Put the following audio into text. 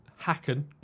Hacken